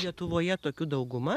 lietuvoje tokių dauguma